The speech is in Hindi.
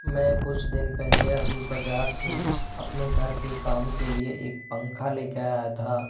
मैं कुछ दिन पहले अभी बाज़ार से अपने घर के काम के लिए एक पंखा ले कर आया था